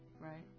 right